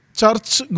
Church